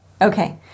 Okay